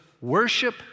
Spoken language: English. worship